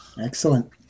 Excellent